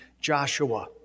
Joshua